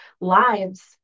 lives